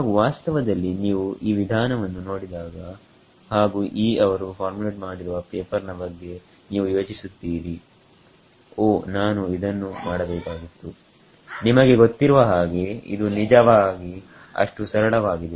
ಹಾಗು ವಾಸ್ತವದಲ್ಲಿ ನೀವು ಈ ವಿಧಾನವನ್ನು ನೋಡಿದಾಗ ಹಾಗು 'ಯೀ' ಅವರು ಫಾರ್ಮುಲೇಟ್ ಮಾಡಿರುವ ಪೇಪರ್ ನ ಬಗ್ಗೆ ನೀವು ಯೋಚಿಸುತ್ತೀರಿಓ ನಾನು ಇದನ್ನು ಮಾಡಬೇಕಾಗಿತ್ತುನಿಮಗೆ ಗೊತ್ತಿರುವ ಹಾಗೆ ಇದು ನಿಜವಾಗಿ ಅಷ್ಟು ಸರಳವಾಗಿದೆ